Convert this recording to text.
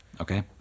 okay